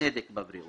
צדק בבריאות.